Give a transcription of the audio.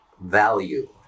value